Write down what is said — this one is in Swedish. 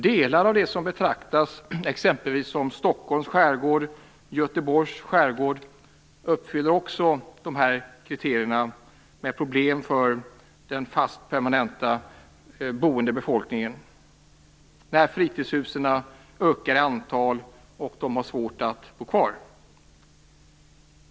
Delar av det som betraktas som exempelvis Stockholms skärgård och Göteborgs skärgård uppfyller också kriterierna med problem för den permanent boende befolkningen. När fritidshusen ökar i antal har man svårt att bo kvar.